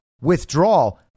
withdrawal